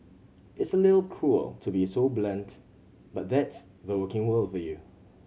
it's a little cruel to be so blunt but that's the working world for you